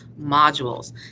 modules